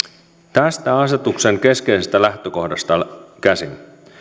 tästä asetuksen keskeisestä lähtökohdasta käsin